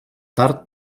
tard